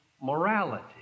morality